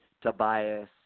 Tobias